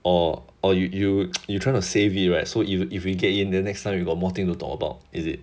oh oh you you you try to save it right so if we if we get in the next time you got more things to talk about is it